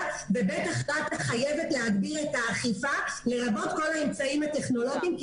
ובטח רת"ע חייבת להגביר את האכיפה לרבות כל האמצעים הטכנולוגיים כי